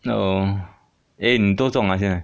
no eh 你都肿了现